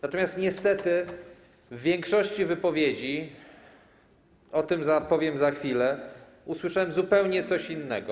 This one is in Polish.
Natomiast niestety w przypadku większości wypowiedzi, o czym powiem za chwilę, usłyszałem zupełnie coś innego.